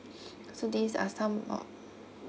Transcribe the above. so these are some of